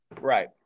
Right